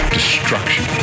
Destruction